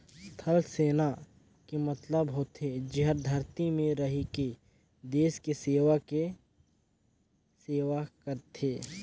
थलसेना के मतलब होथे जेहर धरती में रहिके देस के सेवा के सेवा करथे